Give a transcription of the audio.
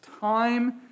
time